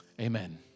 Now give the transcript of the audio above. Amen